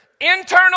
internal